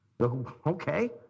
Okay